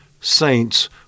saints